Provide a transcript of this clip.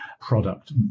product